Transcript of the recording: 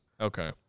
Okay